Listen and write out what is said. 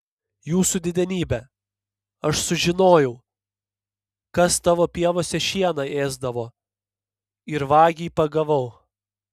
jūsų didenybe aš sužinojau kas tavo pievose šieną ėsdavo ir vagį pagavau